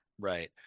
Right